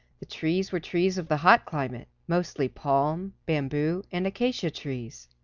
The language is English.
the trees were trees of the hot climate, mostly palm, bamboo and acacia trees.